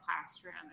classroom